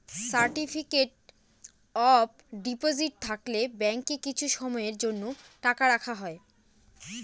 certificate of deposit থাকলে ব্যাঙ্কে কিছু সময়ের জন্য টাকা রাখা হয়